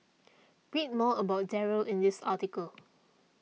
read more about Darryl in this article